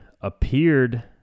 appeared